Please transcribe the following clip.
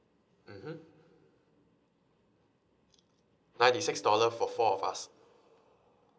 mmhmm ninety six dollar for four of us